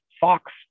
fox